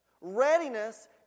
Readiness